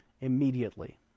immediately